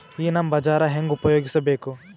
ಈ ನಮ್ ಬಜಾರ ಹೆಂಗ ಉಪಯೋಗಿಸಬೇಕು?